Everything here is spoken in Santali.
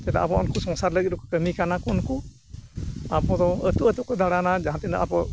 ᱪᱮᱫᱟᱜ ᱟᱵᱚᱣᱟ ᱩᱱᱠᱩ ᱥᱚᱝᱥᱟᱨ ᱞᱟᱹᱜᱤᱫ ᱦᱚᱸᱠᱚ ᱠᱟᱹᱢᱤ ᱠᱟᱱᱟ ᱠᱚ ᱩᱱᱠᱩ ᱟᱵᱚ ᱫᱚ ᱟᱹᱛᱩ ᱟᱹᱛᱩ ᱠᱚ ᱫᱟᱬᱟᱱᱟ ᱡᱟᱦᱟᱸ ᱛᱤᱱᱟᱹᱜ ᱟᱵᱚ